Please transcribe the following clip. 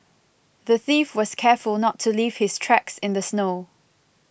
the thief was careful not to leave his tracks in the snow